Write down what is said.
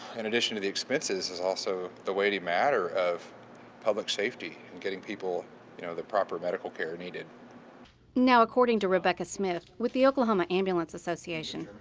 in addition to the expenses there's also the weighty matter of public safety and getting people you know the proper medical care needed. alisa now according to rebecca smith with the oklahoma ambulance association,